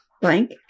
Blank